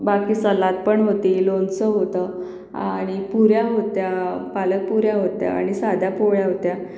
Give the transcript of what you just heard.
बाकी सलादपण होती लोणचं होतं आणि पुऱ्या होत्या पालक पुऱ्या होत्या आणि साध्या पोळ्या होत्या